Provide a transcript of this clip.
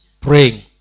praying